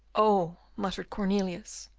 oh! muttered cornelius,